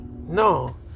No